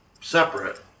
separate